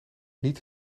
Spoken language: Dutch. niet